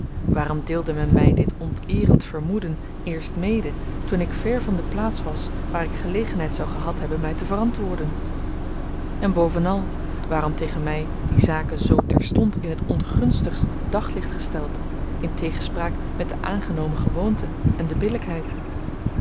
waarom deelde men my dit onteerend vermoeden eerst mede toen ik ver van de plaats was waar ik gelegenheid zou gehad hebben my te verantwoorden en bovenal waarom tegen my die zaken zoo terstond in het ongunstigst daglicht gesteld in tegenspraak met de aangenomen gewoonte en de